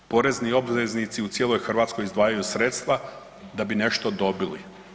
Porezni obveznici u cijeloj Hrvatskoj izdvajaju sredstva da bi nešto dobili.